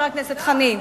חבר הכנסת חנין.